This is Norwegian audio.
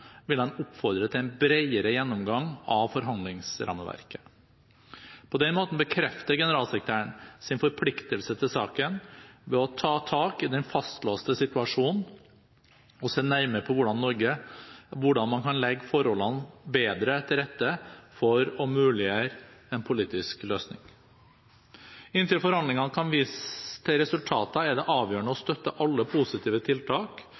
vil han oppfordre til en bredere gjennomgang av forhandlingsrammeverket. På den måten bekrefter generalsekretæren sin forpliktelse til saken ved å ta tak i den fastlåste situasjonen og se nærmere på hvordan man kan legge forholdene bedre til rette for å muliggjøre en politisk løsning. Inntil forhandlingene kan vise til resultater, er det avgjørende å støtte alle positive tiltak